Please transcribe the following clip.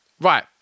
Right